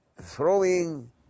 throwing